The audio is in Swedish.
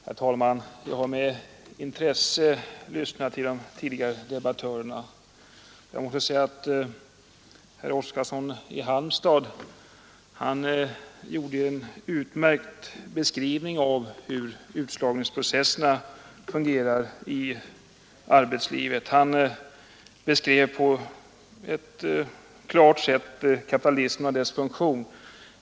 Herr talman! Jag har med intresse lyssnat till de tidigare debattörerna. Herr Oskarson i Halmstad gjorde en utmärkt beskrivning av hur utslagningsprocessen kan fungera i arbetslivet. Han beskrev på ett klart sätt kapitalismen och dess funktion.